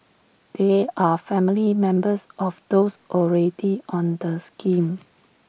they are family members of those already on the scheme